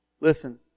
Listen